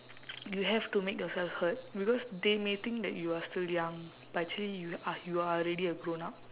you have to make yourself heard because they may think that you are still young but actually you are you are already a grown up